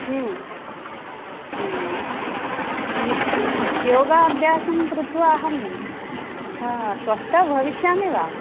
योगाभ्यासं कृत्वा अहं स्वस्था भविष्यामि वा